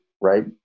right